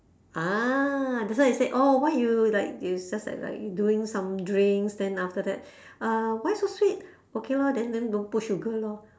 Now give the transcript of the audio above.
ah that's why they say oh why you like this just like you doing some drinks then after that uh why so sweet okay lor then then don't put sugar lor